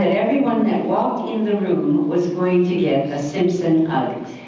and everyone that walked in the room was going to get a simpson hug,